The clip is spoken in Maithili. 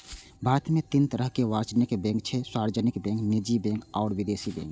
भारत मे तीन तरहक वाणिज्यिक बैंक छै, सार्वजनिक बैंक, निजी बैंक आ विदेशी बैंक